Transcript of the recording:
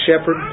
shepherd